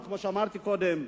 כמו שאמרתי קודם,